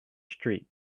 street